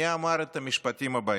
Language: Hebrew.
מי אמר את המשפטים הבאים?